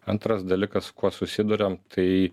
antras dalykas kuo susiduriam tai